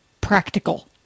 practical